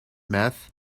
meth